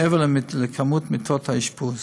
מעבר לכמות מיטות האשפוז,